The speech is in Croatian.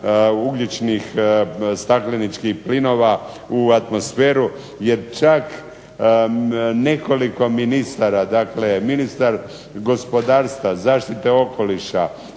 ugljičnih stakleničkih plinova u atmosferu jer čak nekoliko ministara, dakle ministar gospodarstva, zaštite okoliša,